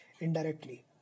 indirectly